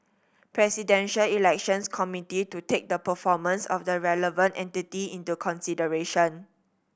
Presidential Elections Committee to take the performance of the relevant entity into consideration